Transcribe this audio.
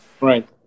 Right